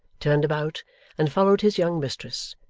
turned about and followed his young mistress,